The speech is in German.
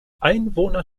einwohner